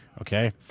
Okay